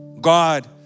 God